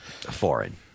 foreign